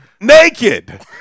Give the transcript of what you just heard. naked